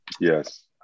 Yes